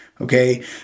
okay